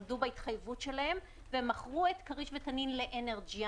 הם עמדו בהתחייבות שלהם ומכרו את כריש ותנין לאנרג'יאן,